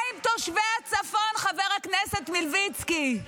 מה עם תושבי הצפון, חבר הכנסת מלביצקי?